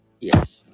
Yes